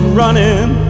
running